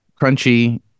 Crunchy